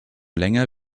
länger